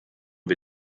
wir